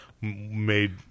made